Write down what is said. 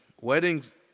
Wedding's